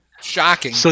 Shocking